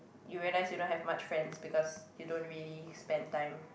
you realize you don't have much friends because you don't really spend time